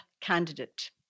candidate